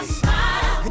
smile